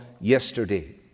yesterday